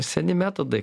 seni metodai